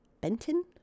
Benton